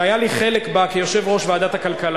שהיה לי חלק בה כיושב-ראש ועדת הכלכלה,